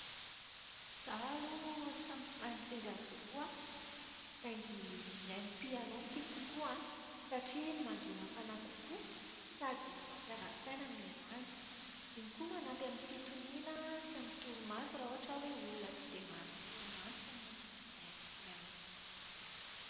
Izaho aloha, samy tsy mahay mitendry azy roa aho. Saingy mihaino piano no tiako kokoa satria iny mandona fanahy kokoa, sady mampiadan-tsaina ny mihaino azy. Iny koa manampy amin'ny fitoniana sy ny torimaso raha ohatra hoe olona tsy dia mahazo torimaso no mihaino piano.